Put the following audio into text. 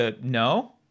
no